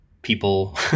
People